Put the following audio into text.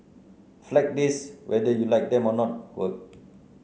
Flag Days whether you like them or not work